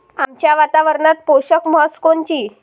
आमच्या वातावरनात पोषक म्हस कोनची?